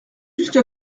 jusqu’à